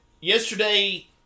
yesterday